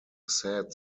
said